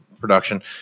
production